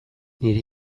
nire